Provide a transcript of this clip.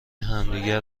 همدیگه